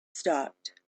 stopped